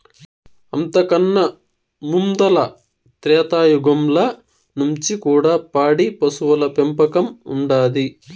అంతకన్నా ముందల త్రేతాయుగంల నుంచి కూడా పాడి పశువుల పెంపకం ఉండాది